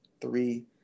three